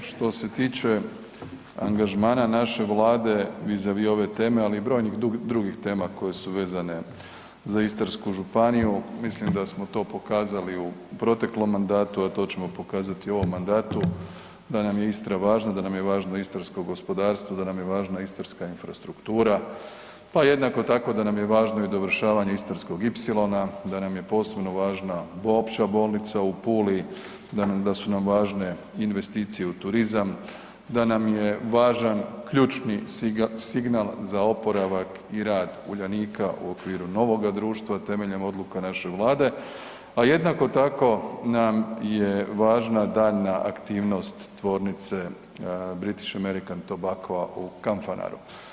Što se tiče angažmana naše Vlade vi za vi ove teme, ali i brojnih drugih tema koje su vezane za Istarsku županiju mislim da smo to pokazali u proteklom mandatu, a to ćemo pokazati i u ovom mandatu da nam je Istra važna, da nam je važno istarsko gospodarstvo, da nam je važna istarska infrastruktura, pa jednako tako da nam je važno i dovršavanje istarskog ipsilona, da nam je posebno važna Opće bolnica u Puli, da su nam važne investicije u turizam, da nam važan ključni signal za oporavak i rad Uljanika u okviru novoga društva temeljem odluka naše Vlade, a jednako tako nam je važna daljnja aktivnost tvornice British American Tobacco u Kanfanaru.